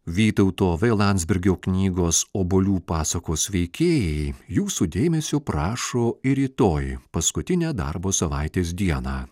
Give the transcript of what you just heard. vytauto v landsbergio knygos obuolių pasakos veikėjai jūsų dėmesio prašo ir rytoj paskutinę darbo savaitės dieną